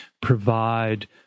provide